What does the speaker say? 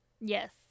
Yes